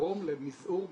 ולגרום למזעור בנזקים,